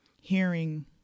hearing